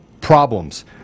problems